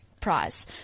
prize